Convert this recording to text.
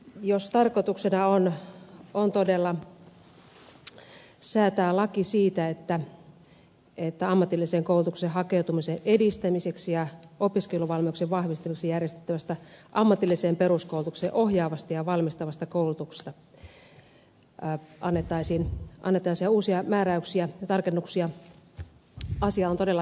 jos tarkoituksena on todella säätää laki siitä että ammatilliseen koulutukseen hakeutumisen edistämiseksi ja opiskeluvalmiuksien vahvistamiseksi järjestettävästä ammatilliseen peruskoulutukseen ohjaavasta ja valmistavasta koulutuksesta annettaisiin uusia määräyksiä ja tarkennuksia asia on todella tärkeä